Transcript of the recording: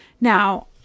Now